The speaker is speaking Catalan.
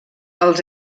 els